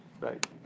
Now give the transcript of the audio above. right